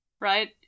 right